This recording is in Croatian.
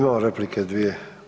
Imamo replike dvije.